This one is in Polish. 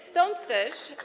Stąd też.